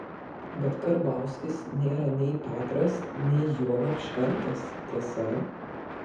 bet karbauskis nėra nei petras nei juolab šventas tiesa